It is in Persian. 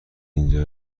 اینجا